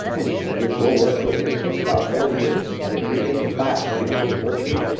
and we'll work through it, and it takes about forty minutes. and if you're in the class, and you don't have the worksheet,